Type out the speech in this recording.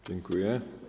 Dziękuję.